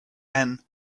and